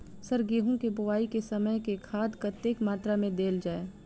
Sir गेंहूँ केँ बोवाई केँ समय केँ खाद कतेक मात्रा मे देल जाएँ?